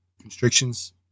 constrictions